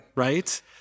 Right